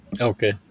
Okay